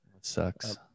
Sucks